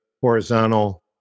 horizontal